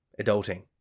Adulting